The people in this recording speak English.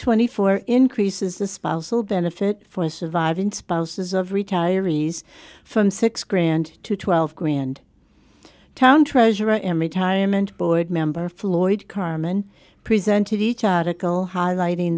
twenty four increases the spousal benefit for surviving spouses of retirees from six grand to twelve grand town treasurer and retirement board member floyd carmen presented each article highlighting